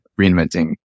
reinventing